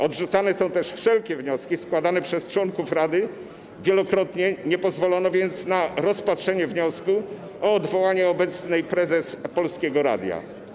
Odrzucane są też wszelkie wnioski składane przez członków rady, wielokrotnie nie pozwolono więc na rozpatrzenie wniosku o odwołanie obecnej prezes Polskiego Radia.